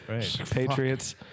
Patriots